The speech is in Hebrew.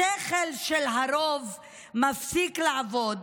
השכל של הרוב מפסיק לעבוד